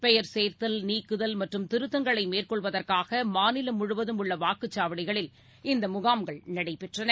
பெயர் சேர்த்தல் நீக்குதல் மற்றும் திருத்தங்களை மேற்கொள்வதற்காக மாநிலம் முழுவதும் உள்ள வாக்குச்சாவடிகளில் இந்த முகாம்கள் நடைபெற்றன